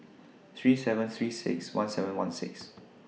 three seven three six one seven one six